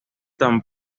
tan